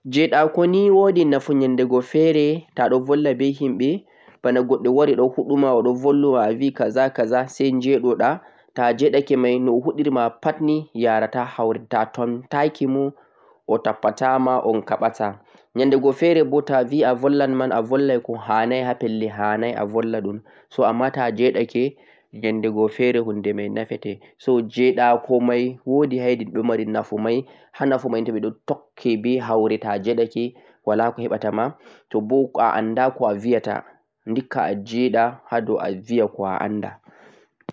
Jeɗako nii wodi nafu nyande fere ta'aɗo volwa be himɓe e.g bama goɗɗon wari ɗon huɗuma oɗon volwenekaza-kaza sai njeɗoɗa, ta'a jeɗake mai no'o huɗerima pat nii yarata haure, ta'a tontakimo o tappatama, ɗon kaɓata. Nyandego fere bo ta'avi a vollai mai a vollai kohanai ha hide hanai avolwa so amma ta'a jeɗake nyandego fere hunde mai nafete. jeɗako mai wodi hahede mari nafu, ha nafu mai toɓeɗon tokki be haure to'a jedake wala ko heɓatama tobo a'anda ko'aviyata ndikka a jeɗa hado aviya ko a'anda.